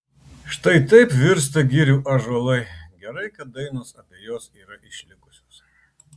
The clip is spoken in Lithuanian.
štai taip virsta girių ąžuolai gerai kad dainos apie juos yra išlikusios